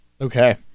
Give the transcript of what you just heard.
okay